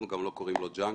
אנחנו גם לא קוראים לו ג'נק,